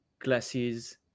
glasses